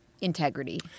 integrity